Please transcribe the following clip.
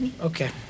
Okay